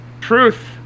truth